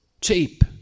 Cheap